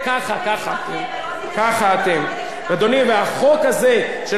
והחוק הזה של המעבר מזיכיונות לרשיונות הוא אחד מהחוקים